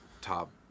top